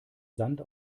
sand